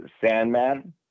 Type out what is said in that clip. Sandman